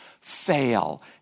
fail